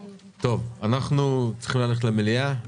טוב, אנחנו צריכים ללכת למליאה.